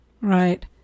Right